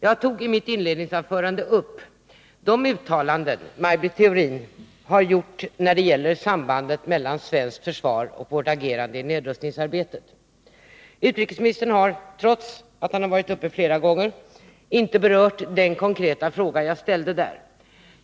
Jag tog i mitt inledningsanförande upp de uttalanden som Maj Britt 43 Theorin har gjort när det gäller sambandet mellan svenskt försvar och vårt agerande i nedrustningsarbetet. Utrikesministern har trots att han varit uppe i debatten flera gånger inte berört den konkreta fråga som jag där ställde.